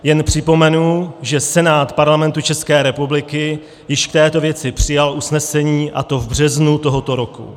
Jen připomenu, že Senát Parlamentu České republiky již v této věci přijal usnesení, a to v březnu tohoto roku.